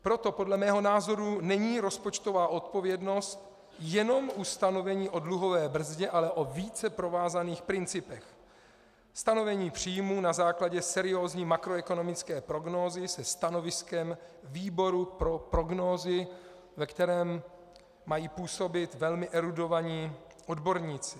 Proto podle mého názoru není rozpočtová odpovědnost jenom ustanovení o dluhové brzdě, ale o více provázaných principech, stanovení příjmů na základě seriózní makroekonomické prognózy se stanoviskem výboru pro prognózy, ve kterém mají působit velmi erudovaní odborníci.